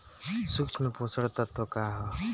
सूक्ष्म पोषक तत्व का ह?